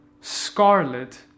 scarlet